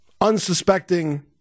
unsuspecting